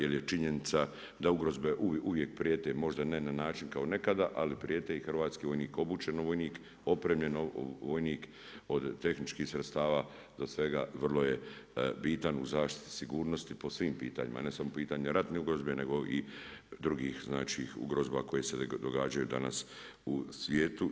Jer je činjenica da ugrozbe uvijek prijete možda ne na način kao nekada, ali prijete i hrvatski vojnik obučen u vojnik, opremljen vojnik od tehničkih sredstava do svega vrlo je bitan u zaštiti sigurnosti po svim pitanjima ne samo pitanju ratne ugrozbe, nego i drugih znači ugrozba koje se događaju danas u svijetu.